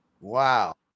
Wow